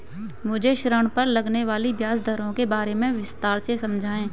मुझे ऋण पर लगने वाली ब्याज दरों के बारे में विस्तार से समझाएं